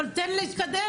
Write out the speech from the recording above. אבל תן להתקדם,